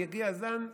יגיע הזן,